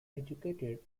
educated